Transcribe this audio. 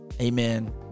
Amen